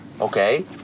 okay